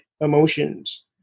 emotions